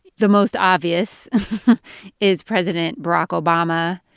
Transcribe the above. the most obvious is president barack obama.